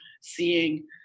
seeing